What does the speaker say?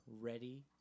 ready –